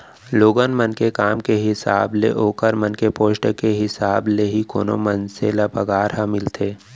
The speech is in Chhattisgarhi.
लोगन मन के काम के हिसाब ले ओखर मन के पोस्ट के हिसाब ले ही कोनो मनसे ल पगार ह मिलथे